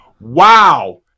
Wow